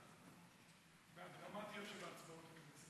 התרבות והספורט התקבלה.